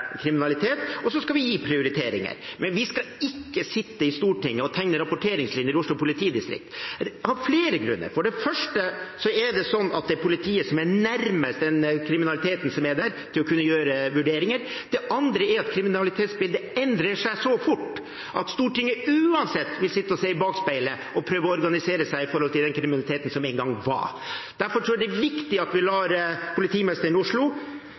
kriminalitet, og så skal vi gi prioriteringer. Men vi skal ikke sitte i Stortinget og tegne rapporteringslinjer i Oslo politidistrikt – av flere grunner. For det første er det slik at det er politiet som er nærmest den kriminaliteten som er der, og som kan gjøre vurderinger. Det andre er at kriminalitetsbildet endrer seg så fort at Stortinget uansett vil sitte og se i bakspeilet og prøve å organisere seg i forhold til den kriminaliteten som en gang var. Derfor tror jeg det er viktig at vi lar politimesteren i Oslo